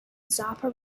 zappa